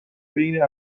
بین